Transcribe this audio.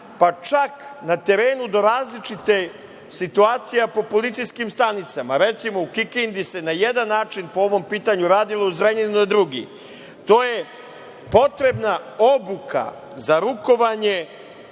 pa čak na terenu do različite situacije po policijskim stanicama? Recimo, u Kikindi se na jedan način po ovom pitanju radilo, u Zrenjaninu na drugi. Potrebna je obuka za rukovanje